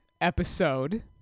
episode